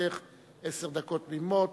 לרשותך עשר דקות תמימות,